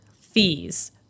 fees